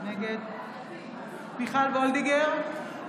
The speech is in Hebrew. נגד מיכל וולדיגר,